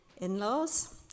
in-laws